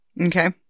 Okay